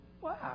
Wow